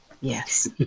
Yes